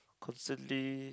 constantly